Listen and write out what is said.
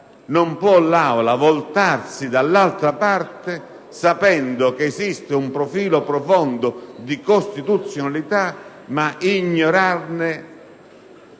Non può l'Assemblea voltarsi dall'altra parte, sapendo che esiste un profilo profondo di costituzionalità, ma ignorarne